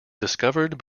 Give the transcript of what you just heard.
discovered